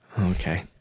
Okay